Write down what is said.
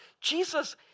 Jesus